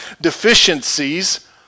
deficiencies